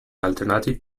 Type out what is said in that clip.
alternative